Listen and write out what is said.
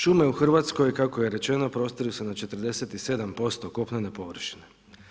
Šume u Hrvatskoj, kako je rečeno, prostiru se na 47% kopnene površine.